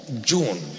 June